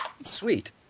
Sweet